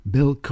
Bill